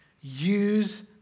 Use